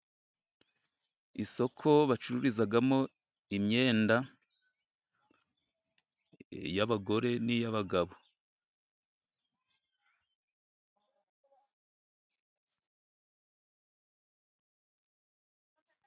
Isoko bacururizamo imyenda y'abagore n'iy'abagabo.